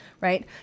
right